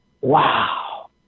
Wow